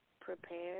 prepared